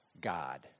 God